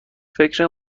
فکر